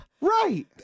Right